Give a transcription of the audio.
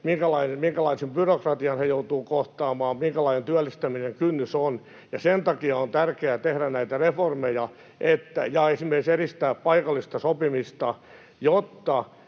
minkälaisen byrokratian he joutuvat kohtaamaan, minkälainen työllistämisen kynnys on. Sen takia on tärkeää tehdä näitä reformeja ja esimerkiksi edistää paikallista sopimista,